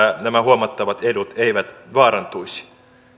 nämä huomattavat edut eivät vaarantuisi